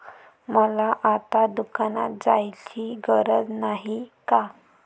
मला आता दुकानात जायची गरज नाही का?